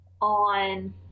on